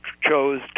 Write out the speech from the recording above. chose